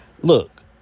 Look